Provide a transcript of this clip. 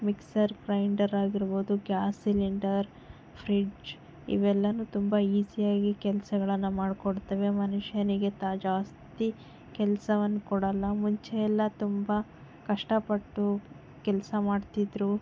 mixer grinder ಆಗಿರ್ಬೋದು gas cylinder fridge ಇವೆಲ್ಲ ತುಂಬ ಈಸಿಯಾಗಿ ಕೆಲಸಗಳನ್ನು ಮಾಡ್ಕೊಡ್ತವೆ ಮನುಷ್ಯನಿಗೆ ತಾ ಜಾಸ್ತಿ ಕೆಲಸವನ್ನು ಕೊಡಲ್ಲ ಮುಂಚೆ ಎಲ್ಲ ತುಂಬ ಕಷ್ಟಪಟ್ಟು ಕೆಲಸ ಮಾಡ್ತಿದ್ರು